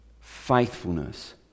faithfulness